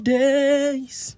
days